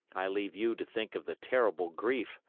i leave you to think of the terrible grief,